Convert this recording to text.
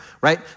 right